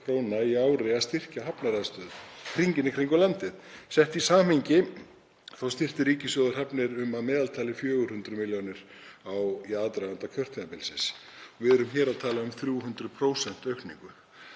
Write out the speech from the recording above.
á ári í að styrkja hafnaraðstöðu hringinn í kringum landið. Sett í samhengi þá styrkti ríkissjóður hafnir um að meðaltali 400 milljónir á ári í aðdraganda kjörtímabilsins. Við erum að tala hér um 300% aukningu